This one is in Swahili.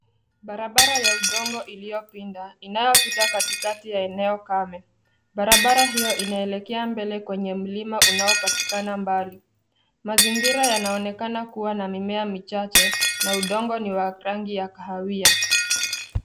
Barabara ya udongo iliyopinda inayopita katikati ya eneo kame, barabara hio inaelekea mbele kwenye mlima unaopatikana mbali, mazingira yanaonekana kua na mimea michache na udongo ni wa rangi ya kahawia.